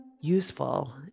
useful